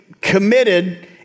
committed